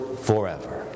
forever